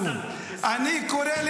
התשובה.